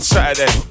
Saturday